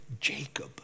Jacob